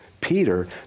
Peter